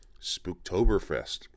Spooktoberfest